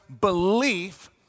belief